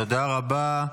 תודה רבה.